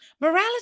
Morality